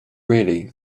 really